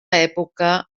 època